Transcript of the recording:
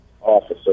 officer